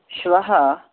श्वः